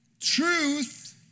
Truth